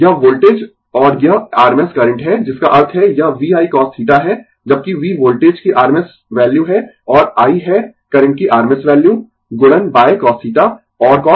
यह वोल्टेज और यह rms करंट है जिसका अर्थ है यह VIcos θ है जबकि V वोल्टेज की rms वैल्यू है और I है करंट की rms वैल्यू गुणन cos θ